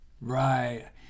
Right